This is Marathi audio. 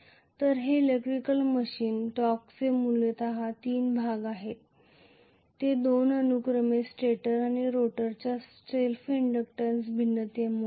तर हे इलेक्ट्रिकल मशीन टॉर्कचे मूलत तीन भाग आहेत आणि हे दोन अनुक्रमे स्टेटर आणि रोटरच्या सेल्फ इंडक्टन्स भिन्नतेमुळे आहेत